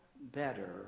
better